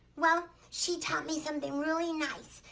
well, she taught me something really nice.